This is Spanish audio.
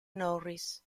norris